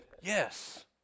yes